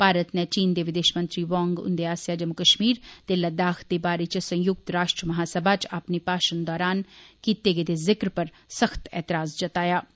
भारत नै चीन दे विदेश मंत्री वांग हुन्दे आस्सेआ जम्मू कश्मीर ते लद्दाख दे बारै च संयुक्त राष्ट्र महासभा च अपने भाषण दौरान कीते गेदे जिक्र उप्पर सख्त ऐतराज जताया ऐ